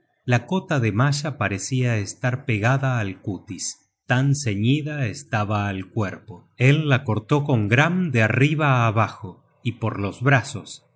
la cota de malla parecia estar pegada al cútis tan ceñida estaba al cuerpo él la cortó con gram de arriba abajo y por los brazos